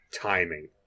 timing